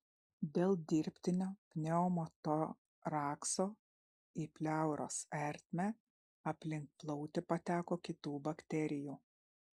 dėl dirbtinio pneumotorakso į pleuros ertmę aplink plautį pateko kitų bakterijų